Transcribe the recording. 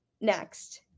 next